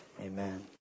Amen